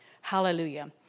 Hallelujah